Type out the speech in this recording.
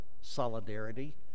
solidarity